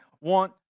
want